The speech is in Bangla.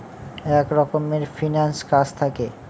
এক রকমের ফিন্যান্স কাজ থাকে